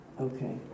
Okay